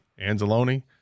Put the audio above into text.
Anzalone